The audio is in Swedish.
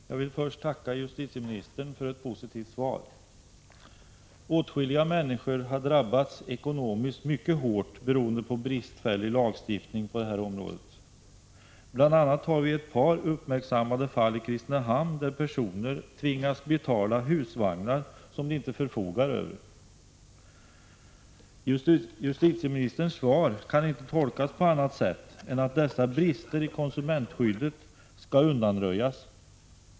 Fru talman! Jag vill först tacka justitieministern för ett positivt svar. Åtskilliga människor har drabbats ekonomiskt mycket hårt beroende på bristfällig lagstiftning på detta område. Det finns bl.a. ett par uppmärksammade fall i Kristinehamn, där personer tvingas betala husvagnar som de inte förfogar över. Justitieministerns svar kan inte tolkas på annat sätt än att dessa brister i konsumentskyddet skall undanröjas.